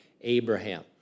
Abraham